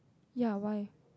ya why